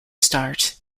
start